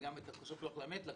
וגם את הכוסות רוח למת לקחו.